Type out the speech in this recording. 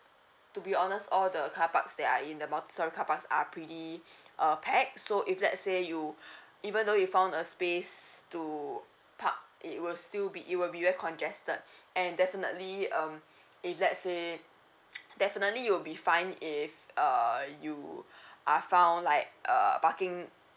to be honest all the car parks that are in the multi story car park are pretty uh packed so if let's say you even though you found a space to park it will still be it will be very congested and definitely um if let say definitely you will be fine if uh you are found like uh parking